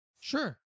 Sure